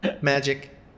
magic